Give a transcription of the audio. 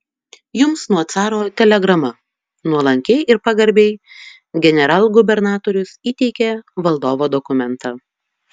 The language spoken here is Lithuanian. jums nuo caro telegrama nuolankiai ir pagarbiai generalgubernatorius įteikė valdovo dokumentą